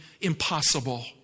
impossible